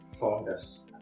founders